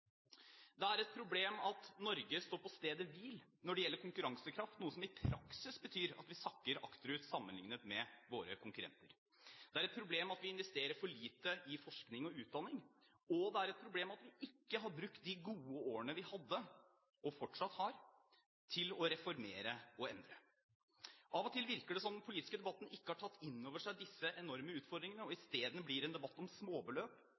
Det er et problem at Norge står på stedet hvil når det gjelder konkurransekraft, noe som i praksis betyr at vi sakker akterut sammenlignet med våre konkurrenter. Det er et problem at vi investerer for lite i forskning og utdanning, og det er et problem at vi ikke har brukt de gode årene vi hadde – og fortsatt har – til å reformere og endre. Av og til virker det som om den politiske debatten ikke har tatt inn over seg disse enorme utfordringene. Isteden blir det en debatt om småbeløp